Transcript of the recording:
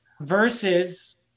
Versus